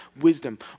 wisdom